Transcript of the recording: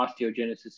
osteogenesis